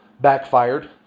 backfired